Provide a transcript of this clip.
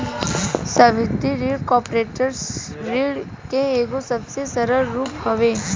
सावधि ऋण कॉर्पोरेट ऋण के एगो सबसे सरल रूप हवे